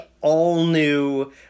all-new